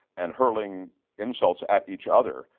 and hurling insults at each other,